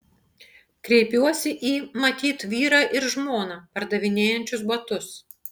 kreipiuosi į matyt vyrą ir žmoną pardavinėjančius batus